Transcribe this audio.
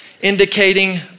indicating